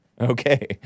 Okay